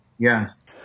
Yes